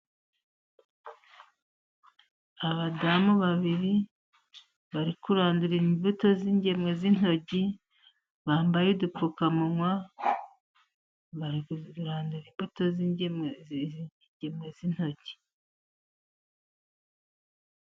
Abadamu babiri, bari kurandura imbuto z'ingemwe z'intoryi, bambaye udupfukamunwa, bari kuzirandura imbuto z'ingemwe z'intoryi.